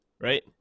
right